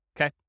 okay